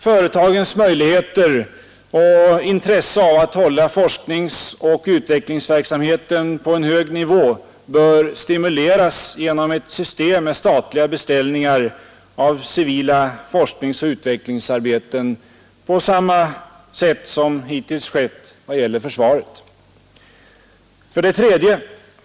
Företagens möjligheter och intresse av att hålla forskningsoch utvecklingsverksamheten på en hög nivå bör stimuleras genom ett system med statliga beställningar av civila forskningsoch utvecklingsarbeten på samma sätt som hittills skett i vad gäller försvaret. 3.